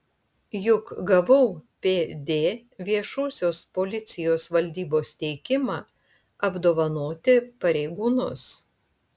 juk gavau pd viešosios policijos valdybos teikimą apdovanoti pareigūnus